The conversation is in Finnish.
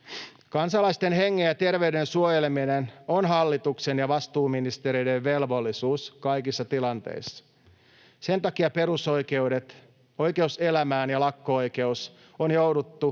Kansalaisten hengen ja terveyden suojeleminen on hallituksen ja vastuuministereiden velvollisuus kaikissa tilanteissa. Sen takia perusoikeudet, oikeus elämään ja lakko-oikeus, on jouduttu